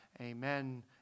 amen